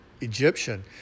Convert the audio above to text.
Egyptian